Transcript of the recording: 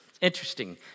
Interesting